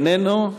איננו,